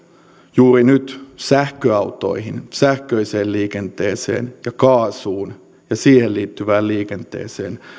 juuri nyt sähköautoihin sähköiseen liikenteeseen ja kaasuun ja siihen liittyvään liikenteeseen